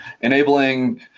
enabling